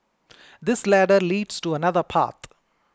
this ladder leads to another path